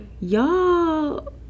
y'all